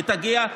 היא תגיע.